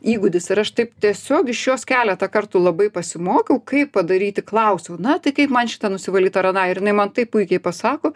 įgūdis ir aš taip tiesiog iš jos keletą kartų labai pasimokiau kaip padaryti klausiau na tai kaip man šitą nusivalyt ar aną ir jinai man tai puikiai pasako